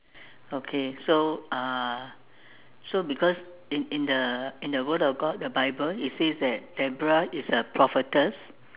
okay so uh so because in in the in the word of God the bible it says that Deborah is a prophetess